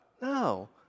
No